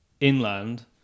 inland